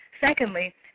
Secondly